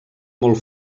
molt